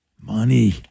Money